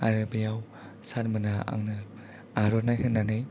आरो बेयाव सारमोना आंनो आर'नाइ होनानै